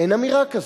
אין אמירה כזאת.